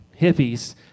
hippies